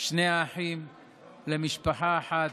שני אחים למשפחה אחת.